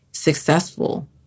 successful